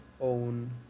own